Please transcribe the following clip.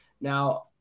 Now